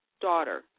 daughter